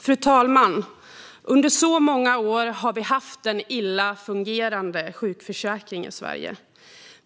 Fru talman! Under många år har vi haft en illa fungerande sjukförsäkring i Sverige.